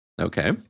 Okay